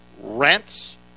Rents